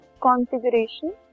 configuration